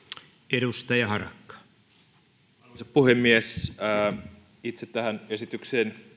arvoisa puhemies itse tähän esitykseen